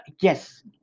yes